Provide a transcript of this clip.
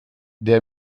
der